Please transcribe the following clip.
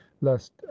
lest